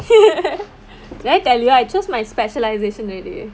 did I tell you I chose my specialisation already